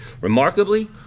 remarkably